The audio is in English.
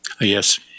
Yes